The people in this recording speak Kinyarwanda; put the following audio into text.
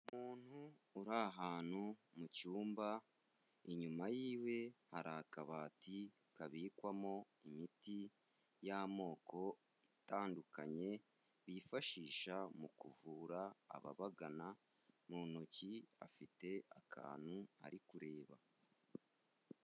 Umuntu uri ahantu mu cyumba inyuma yiwe hari akabati kabikwamo imiti y'amoko itandukanye bifashisha mu kuvura ababagana mu ntoki afite akantu ari kureba.